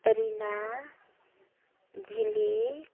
Rina Jhili